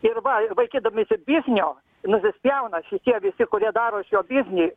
ir vaikydamiesi biznio nusispjauna šitie visi kurie daro iš jo biznį